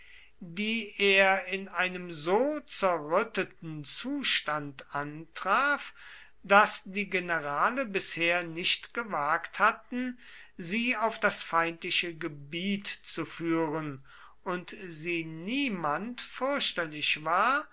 die er in einem so zerrütteten zustand antraf daß die generale bisher nicht gewagt hatten sie auf das feindliche gebiet zu führen und sie niemand fürchterlich war